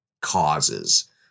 causes